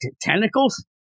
tentacles